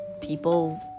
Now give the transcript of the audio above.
people